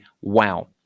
wow